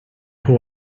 who